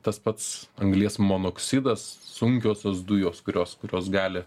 tas pats anglies monoksidas sunkiosios dujos kurios kurios gali